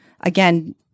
again